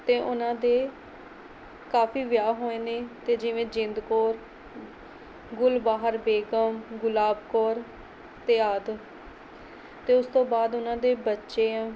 ਅਤੇ ਉਹਨਾਂ ਦੇ ਕਾਫ਼ੀ ਵਿਆਹ ਹੋਏ ਨੇ ਅਤੇ ਜਿਵੇਂ ਜਿੰਦ ਕੌਰ ਗੁਲਬਾਹਰ ਬੇਗ਼ਮ ਗੁਲਾਬ ਕੌਰ ਅਤੇ ਆਦਿ ਅਤੇ ਉਸ ਤੋਂ ਬਾਅਦ ਉਹਨਾਂ ਦੇ ਬੱਚੇ ਹੈ